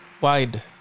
wide